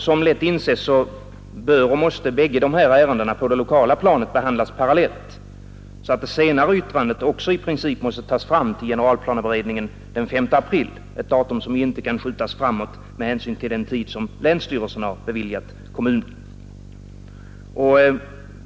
Som lätt inses bör och måste bägge de här ärendena på det lokala planet behandlas parallellt, varför också det senare yttrandet i princip måste tas fram till generalplaneberedningen den 5 april — ett datum som inte kan skjutas framåt med hänsyn till den tid som länsstyrelsen har beviljat kommunen.